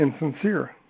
insincere